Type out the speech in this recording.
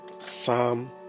psalm